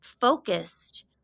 focused